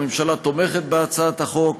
הממשלה תומכת בהצעת החוק,